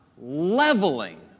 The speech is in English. ...leveling